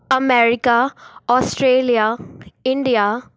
America Australia India